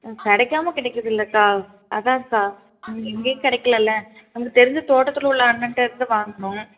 ம் கிடைக்காம கிடைக்கிதுல்லக்கா அதுதான்க்கா வேறு எங்கேயும் கிடைக்கலல்ல நமக்கு தெரிஞ்ச தோட்டத்தில் உள்ள அண்ணன்கிட்டருந்து வாங்கினோம்